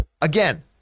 Again